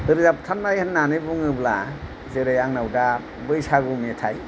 रोजाबथारनाय होननानै बुङोब्ला जेरै आंनाव दा बैसागु मेथाइ